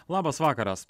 labas vakaras